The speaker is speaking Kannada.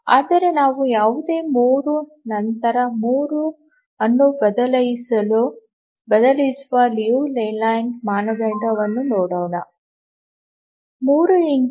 ಆದರೆ ನಾವು ಯಾವುದೇ 3 ನಂತರ 3 ಅನ್ನು ಬದಲಿಸುವ ಲಿಯು ಲೇಲ್ಯಾಂಡ್ ಮಾನದಂಡವನ್ನು ನೋಡೋಣ 30